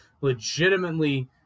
legitimately